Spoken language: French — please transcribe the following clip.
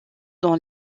dans